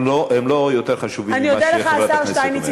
הם לא יותר חשובים ממה שחברת הכנסת אומרת.